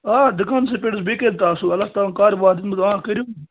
آ دُکانسٕے پٮ۪ٹھ حظ بیٚیہِ کَتہِ آسوٕ اللہ تعالاہَن کاربار دیُتمُت آ کٔرِنۍ